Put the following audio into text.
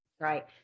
Right